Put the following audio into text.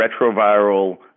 retroviral